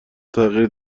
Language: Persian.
تغییر